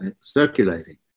circulating